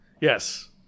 Yes